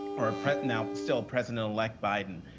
or now still president-elect biden,